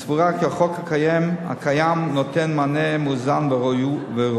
היא סבורה כי החוק הקיים נותן מענה מאוזן וראוי.